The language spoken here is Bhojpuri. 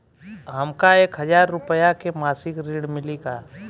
हमका एक हज़ार रूपया के मासिक ऋण मिली का?